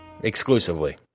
exclusively